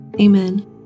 Amen